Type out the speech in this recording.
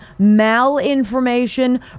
malinformation